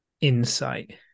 insight